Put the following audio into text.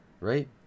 Right